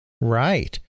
Right